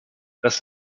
dass